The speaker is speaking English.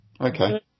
Okay